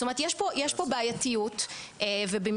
זאת אומרת,